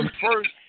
first